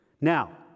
Now